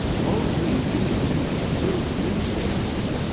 mosley v news group newspapers